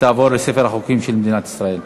ותעבור לספר החוקים של מדינת ישראל.